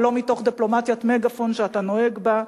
ולא מתוך דיפלומטיית מגאפון שאתה נוהג בה.